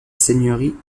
seigneurie